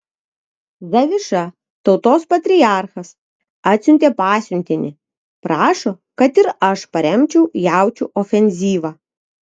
zaviša tautos patriarchas atsiuntė pasiuntinį prašo kad ir aš paremčiau jaučių ofenzyvą